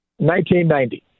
1990